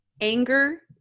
anger